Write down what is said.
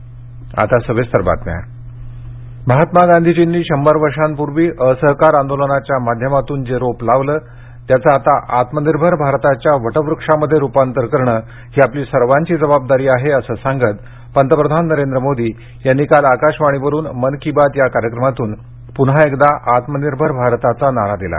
मन की बात महात्मा गांधीजींनी शंभर वर्षापूर्वी असहकार आंदोलनाच्या माध्यमातून जे रोप लावलं होतं त्याचं आता आत्मनिर्भर भारताच्या वटवक्षामध्ये रुपांतर करण ही आपली सर्वांची जबाबदारी आहे असं सांगत पंतप्रधान नरेंद्र मोदी यांनी काल आकाशवाणी वरच्या मन की बात या कार्यक्रमातून पुन्हा एकदा आत्मनिर्भर भारताचा नारा दिला